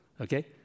okay